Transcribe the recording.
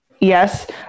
Yes